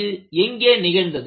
இது எங்கே நிகழ்ந்தது